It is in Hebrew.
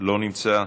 לא נמצא,